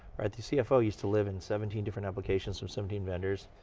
the cfo used to live in seventeen different applications from seventeen vendors.